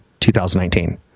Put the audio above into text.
2019